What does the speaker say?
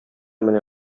менә